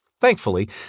Thankfully